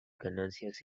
ganancias